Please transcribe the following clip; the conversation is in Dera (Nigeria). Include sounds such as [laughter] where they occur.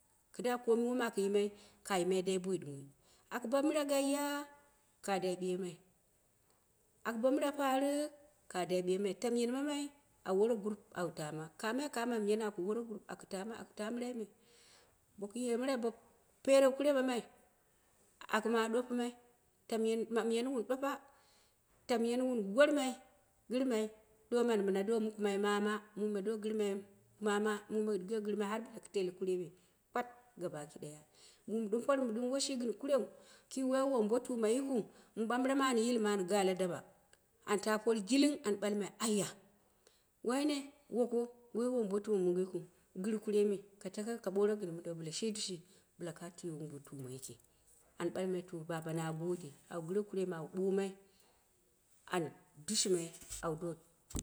Kida komi mi aku yimai ka yimai dai boi ɓumoi aku ba mira gaiya ka dai ɓiye mai, aku bo mira paarik ka da ɓiyemai tamiyen mamai awu wore grup awu taama kami ka mamiyen aku bore group aku taama aku ta mirai me bo ku ye mirai me, boku pere kure maimai aku ma ɗupɨmai tamiye maiyen wun ɗupɨmai tamiye mamiyen wun ɗopa taimiyen wun wurmai gɨrmai domanu min do mukimai domanu min do mukimai mama, mai me do girmai mama, mur me girmai mama, murme girma har bɗla ku deele kurai me gabaki daya, mum ɗɨm pormi ɗɨm ɗɨm woshi gɨn kurau ki woi wombotuma yikɨu mɓam bɨran an yilma an ga la daɓa an ta por jiling an ɓalmai aya a waine woko woi wombo tuma mongo yikiu gɨr kur ei me tako ka ɓooro gɨn mindaw bila she dushe bila ka tuni wombotuma yiki. An ɓalmai to baba na gode, gore kure mɨ awu ɓoomai an dushi mai [noise] awu do.